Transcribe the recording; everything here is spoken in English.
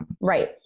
right